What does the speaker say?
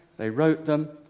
they wrote them.